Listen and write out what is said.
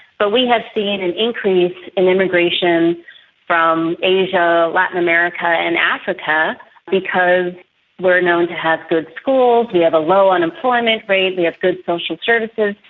but we have seen an increase in immigration from asia, latin america and africa because we are known to have good schools, we have a low unemployment rate, we have good social services.